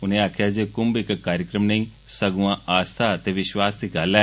उनें आखेआ जे कुंभ इक कार्यक्रम नेईं सगुआं आस्था ते विष्वास दी गल्ल ऐ